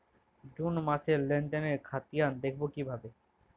June মাসের লেনদেনের খতিয়ান দেখবো কিভাবে?